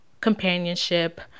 companionship